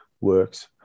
works